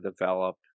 develop